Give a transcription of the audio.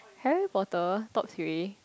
Harry-Potter top three